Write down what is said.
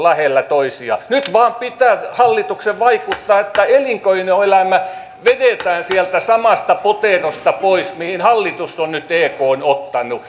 lähellä toisiaan nyt vain pitää hallituksen vaikuttaa että elinkeinoelämä vedetään sieltä samasta poterosta pois mihin hallitus on nyt ekn ottanut